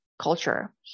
Culture